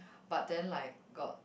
but then like got